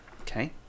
Okay